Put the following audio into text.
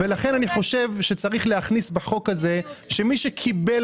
לכן אני חושב שצריך להכניס בחוק הזה שמי שקיבל